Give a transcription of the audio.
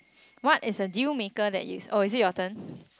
what is a dealmaker that is oh is it your turn